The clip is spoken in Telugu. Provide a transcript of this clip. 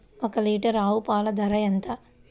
ఒక్క లీటర్ ఆవు పాల ధర ఎంత?